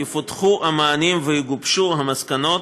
יפותחו המענים ויגובשו המסקנות,